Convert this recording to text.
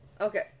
Okay